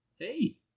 Hey